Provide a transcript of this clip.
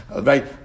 right